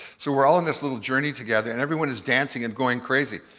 so we're all on this little journey together, and everyone is dancing and going crazy.